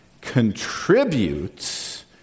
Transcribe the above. contributes